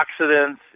oxidants